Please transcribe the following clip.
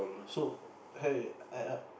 so hey